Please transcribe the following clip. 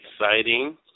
Exciting